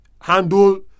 handle